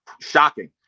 Shocking